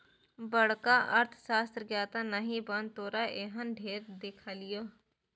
बड़का अर्थशास्त्रक ज्ञाता नहि बन तोरा एहन ढेर देखलियौ